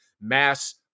mass